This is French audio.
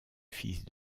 fils